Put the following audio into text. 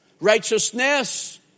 Righteousness